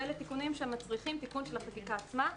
ואלה תיקונים שמצריכים תיקון של החקיקה עצמה.